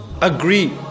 agree